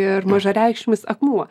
ir mažareikšmis akmuo